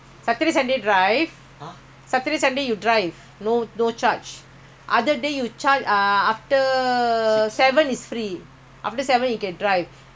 night seven you want to drive ah coupon எடுக்கணும்:edukkanum uh twenty dollars ah twenty dollars and above one day ah buy weekend car is cheaper